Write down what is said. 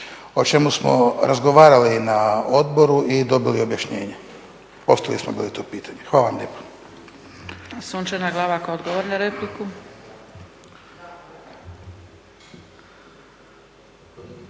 o čemu smo razgovarali na odboru i dobili objašnjenje. Postavili smo bili to pitanje. Hvala vam lijepa.